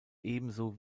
ebenso